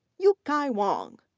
yuk kai wong,